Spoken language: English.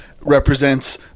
represents